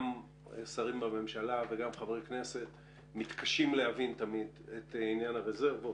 גם שרים בממשלה וגם חברי כנסת מתקשים להבין את סוגיית הרזרבות.